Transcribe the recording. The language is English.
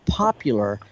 popular